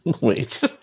Wait